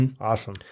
Awesome